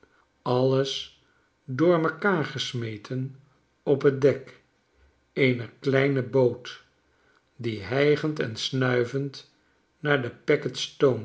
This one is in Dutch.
alles door mekaar gesmeten op t dek eener kleine boot die hiigend en snuivend naar de